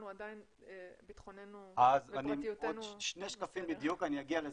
עדיין ביטחוננו ופרטיותנו --- עוד שני שקפים בדיוק אני אגיע לזה,